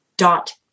dot